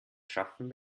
schaffen